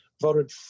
voted